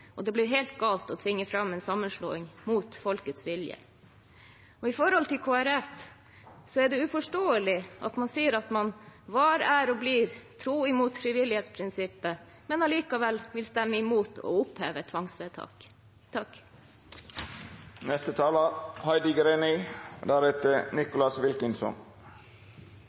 og det blir helt galt å tvinge fram en sammenslåing mot folkets vilje. Når det gjelder Kristelig Folkeparti, er det uforståelig at man sier at man var, er og forblir tro mot frivillighetsprinsippet, men allikevel vil stemme imot å oppheve tvangsvedtak.